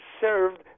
served